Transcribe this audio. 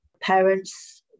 parents